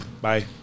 bye